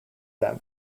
them